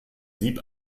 sieb